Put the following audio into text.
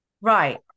Right